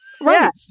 Right